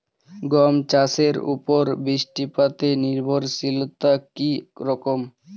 গম চাষের উপর বৃষ্টিপাতে নির্ভরশীলতা কী রকম?